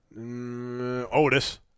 Otis